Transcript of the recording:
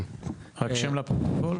דוד האוקפ,